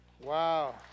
Wow